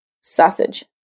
sausage